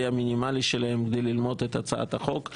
המינימלי שלהם כדי ללמוד את הצעת החוק,